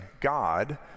God